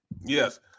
yes